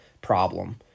problem